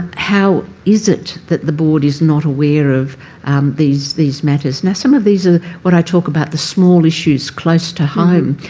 ah how is it that the board is not aware of these these matters? now, some of these are when i talk about the small issues close to home,